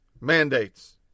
mandates